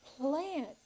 plant